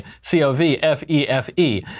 C-O-V-F-E-F-E